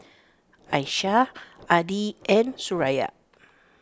Aisyah Adi and Suraya